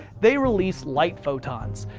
they release light photons.